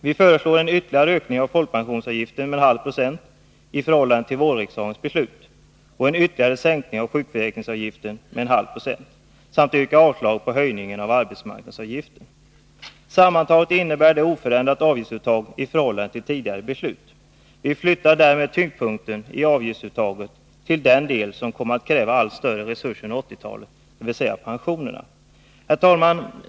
Vi föreslår en ytterligare ökning av folkpensionsavgiften med en halv procent i förhållande till vårriksdagens beslut och en ytterligare sänkning av sjukförsäkringsavgiften med en halv procent samt yrkar avslag på höjningen av arbetsmarknadsavgiften. Sammantaget innebär detta oförändrat avgiftsuttag i förhållande till tidigare beslut. Vi flyttar därmed tyngdpunkten i avgiftsuttaget till den del som kommer att kräva allt större resurser under 1980-talet, dvs. pensionerna. Herr talman!